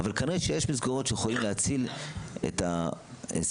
אבל כנראה שיש מסגרות שיכולות להציל את הסיפורים